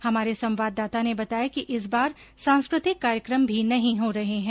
हमारे संवाददाता ने बताया कि इस बार सांस्कृतिक कार्यक्रम भी नहीं हो रहे है